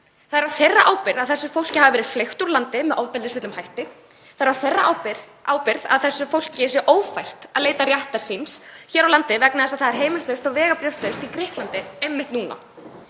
Það er á þeirra ábyrgð að þessu fólki hafi verið fleygt úr landi með ofbeldisfullum hætti. Það er á þeirra ábyrgð að þetta fólk er ófært um að leita réttar síns hér á landi vegna þess að það er heimilislaust og vegabréfslaust í Grikklandi einmitt núna.